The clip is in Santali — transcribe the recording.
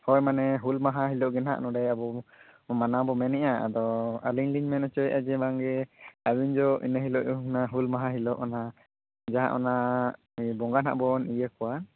ᱦᱳᱭ ᱢᱟᱱᱮ ᱦᱩᱞ ᱢᱟᱦᱟ ᱦᱤᱞᱳᱜ ᱜᱮᱱᱟᱦᱟᱜ ᱱᱚᱸᱰᱮ ᱟᱵᱚ ᱢᱟᱱᱟᱣᱵᱚ ᱢᱮᱱᱮᱜᱼᱟ ᱟᱫᱚ ᱟᱹᱞᱤᱧ ᱞᱤᱧ ᱢᱮᱱ ᱚᱪᱚᱭᱮᱜᱼᱟ ᱵᱟᱝᱜᱮ ᱟᱹᱞᱤᱧ ᱫᱚ ᱤᱱᱟᱹ ᱦᱤᱞᱳᱜ ᱦᱩᱱᱟᱹᱜ ᱦᱩᱞ ᱢᱟᱦᱟ ᱦᱤᱞᱳᱜ ᱚᱱᱟ ᱡᱟᱦᱟᱸ ᱚᱱᱟ ᱵᱚᱸᱜᱟ ᱱᱟᱦᱟᱸᱜ ᱵᱚᱱ ᱤᱭᱟᱹ ᱠᱚᱣᱟ